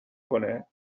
کنه